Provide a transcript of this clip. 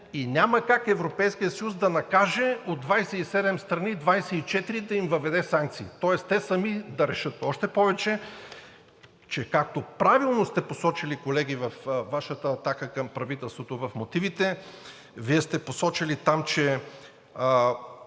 и няма как Европейският съюз да накаже от 27 страни 24, да им въведе санкции. Тоест те сами да решат. Още повече че, както правилно сте посочили, колеги, във Вашата атака към правителството, в мотивите, Вие сте посочили там, че